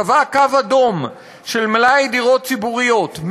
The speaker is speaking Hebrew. קבע קו אדום של מלאי דירות ציבוריות,